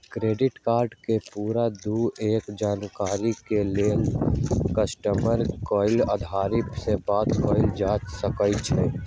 credit card के पूरे दू के जानकारी के लेल कस्टमर केयर अधिकारी से बात कयल जा सकइ छइ